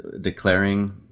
declaring